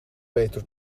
peter